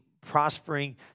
prospering